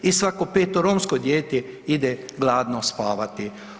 I svako peto romsko dijete ide gladno spavati.